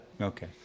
Okay